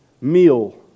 Meal